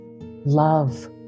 love